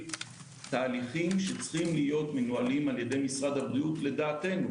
תהליכים שצריכים להיות מנוהלים על-ידי משרד הבריאות לדעתנו.